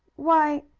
why!